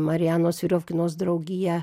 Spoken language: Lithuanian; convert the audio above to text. marianos viriofkinos draugija